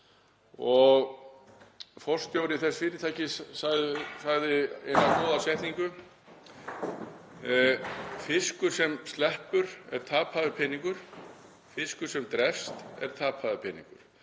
og forstjóri þess fyrirtækis sagði eina góða setningu: Fiskur sem sleppur er tapaður peningur, fiskur sem drepst er tapaður peningur.